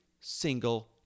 single